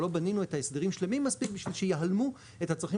או לא בנינו את ההסדרים מספיק בשביל שיהלמו את הצרכים